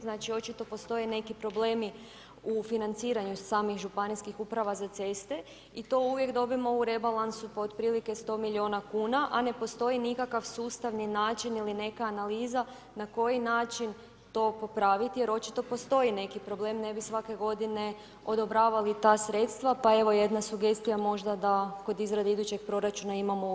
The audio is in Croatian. Znači, očito postoje neki problemi u financiranju samih Županijskih uprava za ceste i to uvijek dobimo u rebalansu, pa otprilike 100 milijuna kuna, a ne postoji nikakav sustav, ni način ili neka analiza na koji način to popraviti jer očito postoji neki problem, ne bi svake godine odobravali ta sredstva, pa evo, jedna sugestija možda da kod izrade idućeg proračuna imamo u vidu i to.